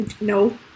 No